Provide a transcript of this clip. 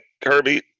Kirby